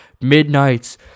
Midnight's